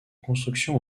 construction